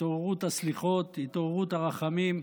התעוררות הסליחות, התעוררות הרחמים.